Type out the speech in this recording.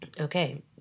okay